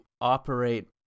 operate